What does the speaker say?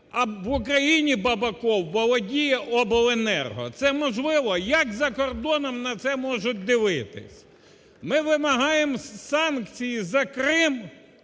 а в Україні Бабаков володіє обленерго. Це можливо? Як за кордоном на це можуть дивитись. Ми вимагаємо санкції за Крим,